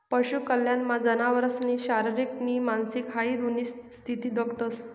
पशु कल्याणमा जनावरसनी शारीरिक नी मानसिक ह्या दोन्ही स्थिती दखतंस